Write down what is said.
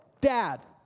Dad